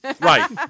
right